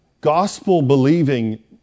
gospel-believing